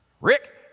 Rick